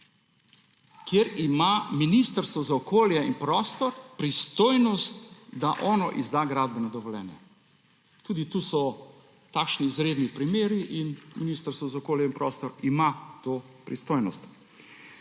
kjer ima Ministrstvo za okolje in prostor pristojnost, da izda gradbeno dovoljenje. Tudi tu so takšni izredni primeri in Ministrstvo za okolje in prostor ima to pristojnost.